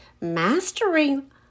Mastering